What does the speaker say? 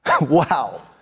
Wow